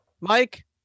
Mike